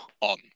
on